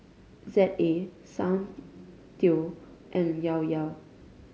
Z A Soundteoh and Llao Llao